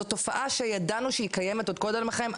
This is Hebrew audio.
זאת תופעה שידענו שהיא קיימת עוד קודם לכן,